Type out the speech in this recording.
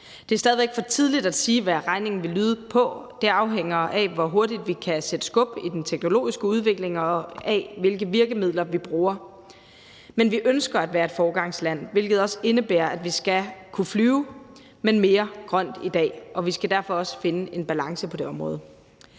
Det er stadig væk for tidligt at sige, hvad regningen vil lyde på. Det afhænger af, hvor hurtigt vi kan sætte skub i den teknologiske udvikling, og af, hvilke virkemidler vi bruger. Men vi ønsker at være et foregangsland, hvilket også indebærer, at vi skal kunne flyve, men mere grønt end i dag, og vi skal derfor også finde en balance på det område.